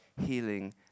healing